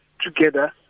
together